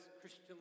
Christian